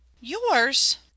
Yours